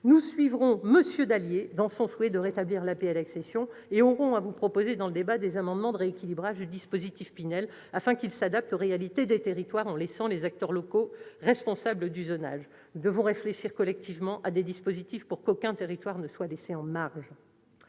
Nous suivrons Philippe Dallier dans son souhait de rétablir l'APL accession, et nous vous proposerons au cours du débat des amendements de rééquilibrage du dispositif Pinel, afin qu'il soit adapté aux réalités des territoires en laissant les acteurs locaux responsables du zonage. Nous devons réfléchir collectivement à des dispositifs pour qu'aucun territoire ne soit laissé en marge.